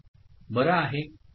बरं आहे का